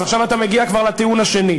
עכשיו אתה כבר מגיע לטיעון השני,